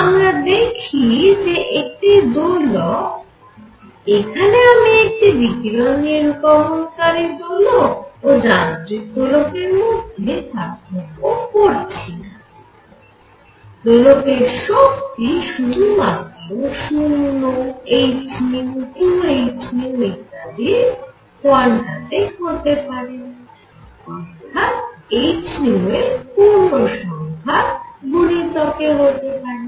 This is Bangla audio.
আমরা দেখি যে একটি দোলক এখানে আমি একটি বিকিরণ নির্গমনকারী দোলক ও যান্ত্রিক দোলকের মধ্যে পার্থক্য করছি না দোলকের শক্তি শুধুমাত্র 0 h 2 h ইত্যাদির কোয়ান্টা তে হতে পারে অর্থাৎ h এর পূর্ণসঙ্খ্যার গুণকে হতে পারে